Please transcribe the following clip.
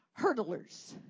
hurdlers